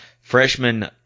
Freshman